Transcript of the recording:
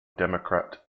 democrat